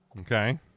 Okay